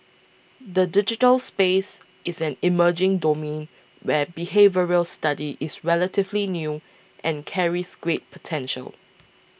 the digital space is an emerging domain where behavioural study is relatively new and carries great potential